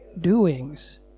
doings